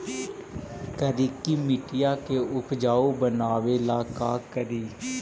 करिकी मिट्टियां के उपजाऊ बनावे ला का करी?